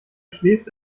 schläft